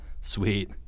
Sweet